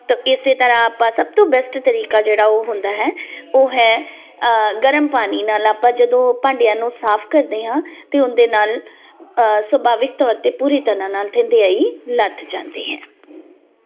ਤਾਂ ਇਸੇ ਤਰ੍ਹਾਂ ਆਪਾਂ ਸਭ ਤੋਂ ਬੈਸਟ ਤਰੀਕਾ ਜਿਹੜਾ ਉਹ ਹੁੰਦਾ ਹੈ ਉਹ ਹੈ ਗਰਮ ਪਾਣੀ ਨਾਲ ਆਪਾਂ ਜਦੋਂ ਭਾਂਡਿਆਂ ਨੂੰ ਸਾਫ ਕਰਦੇ ਹਾਂ ਤੇ ਉਹਦੇ ਨਾਲ ਸੁਭਾਵਿਕ ਤੌਰ ਤੇ ਪੂਰੀ ਤਰ੍ਹਾਂ ਨਾਲ ਧੰਦਿਆਈ ਲੱਥ ਜਾਂਦੀ ਹੈ